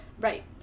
Right